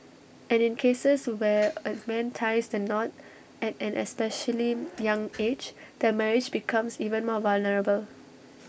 and in cases where A man ties the knot at an especially young age the marriage becomes even more vulnerable